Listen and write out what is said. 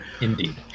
Indeed